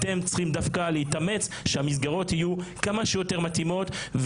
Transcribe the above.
אתם צריכים דווקא להתאמץ שהמסגרות יהיו כמה שיותר מתאימות,